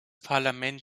parlament